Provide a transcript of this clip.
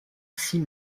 six